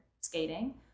skating